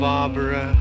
Barbara